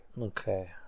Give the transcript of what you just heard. Okay